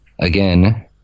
again